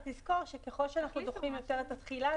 רק תזכור שככל שאנחנו דוחים יותר את התחילה,